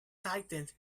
tightened